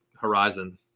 horizon